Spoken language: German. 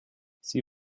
sie